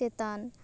ᱪᱮᱛᱟᱱ